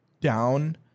down